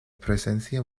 presencia